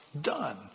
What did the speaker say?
done